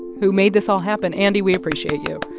who made this all happen. andy, we appreciate you.